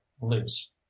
loose